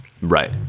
Right